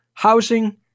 Housing